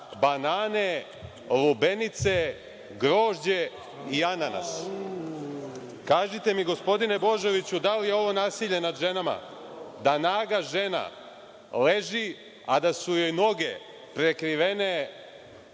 banane, lubenice, grožđe i ananas? Kažite mi, gospodine Božoviću, da li je ovo nasilje nad ženama, da naga žena leži, a da su joj noge prekrivene